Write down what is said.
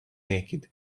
naked